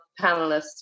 panelists